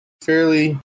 fairly